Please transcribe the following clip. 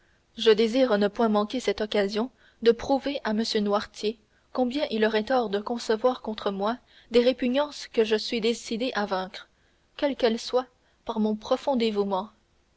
je désire ne point manquer cette occasion de prouver à m noirtier combien il aurait tort de concevoir contre moi des répugnances que je suis décidé à vaincre quelles qu'elles soient par mon profond dévouement